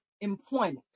employment